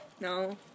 No